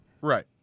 Right